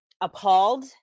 appalled